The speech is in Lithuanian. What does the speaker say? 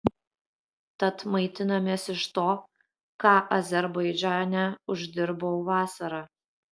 tad maitinamės iš to ką azerbaidžane uždirbau vasarą